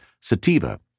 sativa